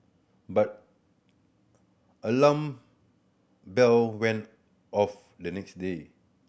but alarm bell went off the next day